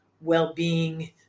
well-being